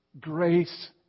Grace